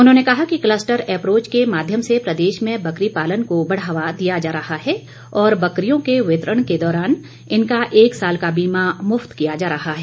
उन्होंने कहा कि कलस्टर एपरोच के माध्यम से प्रदेश में बकरी पालन को बढ़ावा दिया जा रहा है और बकरियों के वितरण के दौरान इनका एक साल का बीमा मुफ्त किया जा रहा है